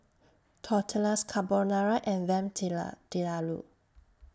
Tortillas Carbonara and Lamb